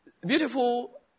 Beautiful